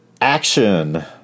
action